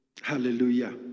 Hallelujah